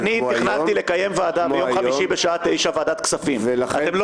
אני תכננתי לקיים ועדת כספים בשעה 9:00. אתם לא